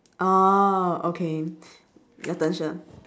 orh okay your turn shir